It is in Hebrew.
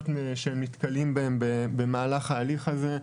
ולהתייחס לפירוט הדרישות בהן הם נתקלים במהלך ההליך הזה,